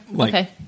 Okay